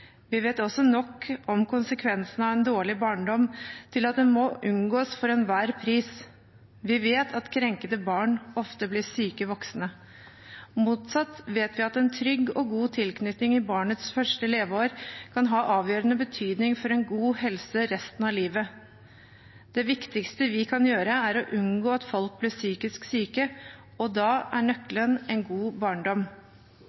Vi vet også nok om konsekvensene av en dårlig barndom til at det må unngås for enhver pris. Vi vet at krenkede barn ofte blir syke voksne. Motsatt vet vi at en trygg og god tilknytning i barnets første leveår kan ha avgjørende betydning for en god helse resten av livet. Det viktigste vi kan gjøre, er å unngå at folk blir psykisk syke, og da er